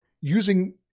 using